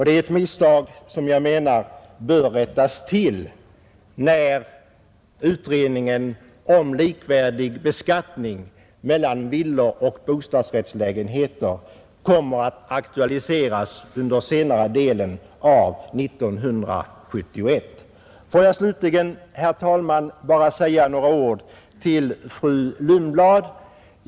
Det är ett misstag som jag menar bör rättas till när utredningen om likvärdig beskattning för villor och bostadsrättslägenheter kommer att aktualiseras under senare delen av 1971. Får jag slutligen, herr talman, bara säga några ord till fru Lundblad.